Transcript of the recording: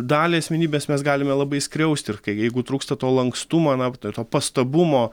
dalį asmenybės mes galime labai skriausti ir jeigu trūksta to lankstumo na to pastabumo